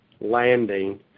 landing